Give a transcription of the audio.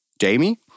Jamie